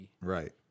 Right